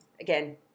again